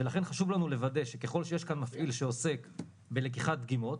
ולכן חשוב לנו לוודא שככל שיש כאן מפעיל שעוסק בלקיחת דגימות,